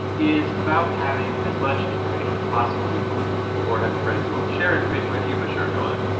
is about having as much information as possible before you bet or having friends who will share information with you, but, sure, go on